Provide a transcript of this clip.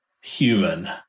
human